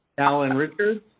allen richards?